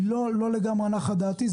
לא לגמרי נחה דעתי.